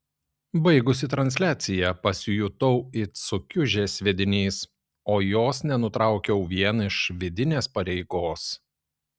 baigusi transliaciją pasijutau it sukiužęs sviedinys o jos nenutraukiau vien iš vidinės pareigos